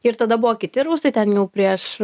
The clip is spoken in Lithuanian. ir tada buvo kiti rustai ten jau prieš